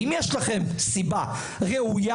אם יש לכם סיבה ראויה,